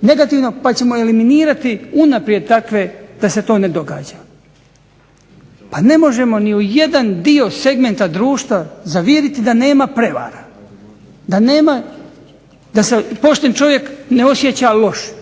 negativnog pa ćemo eliminirati unaprijed takve da se to ne događa. Pa ne možemo ni u jedan dio segmenta društva zaviriti da nema prevara, da nema, da se pošten čovjek ne osjeća loše.